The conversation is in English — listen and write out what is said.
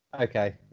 Okay